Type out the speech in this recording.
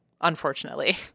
Unfortunately